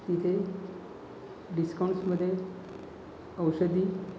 तिथे डिस्काऊंटमध्ये औषधी